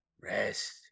Rest